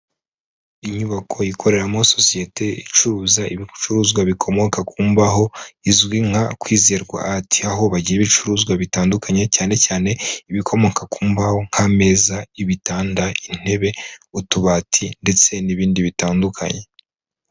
Inyubako ikoreramo sosiyete icuruza ibicuruzwa bikomoka ku mbaho izwi nka kwizerwa art, aho bagira ibicuruzwa bitandukanye cyane cyane ibikomoka ku mbaho nk'ameza, ibitanda, intebe, utubati ndetse n'ibindi bitandukanye.